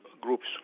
groups